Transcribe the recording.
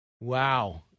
Wow